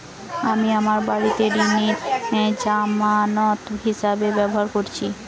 আমি আমার বাড়িটিকে ঋণের জামানত হিসাবে ব্যবহার করেছি